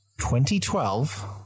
2012